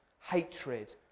hatred